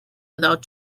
without